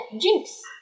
Jinx